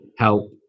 help